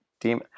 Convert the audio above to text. demon